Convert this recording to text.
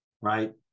right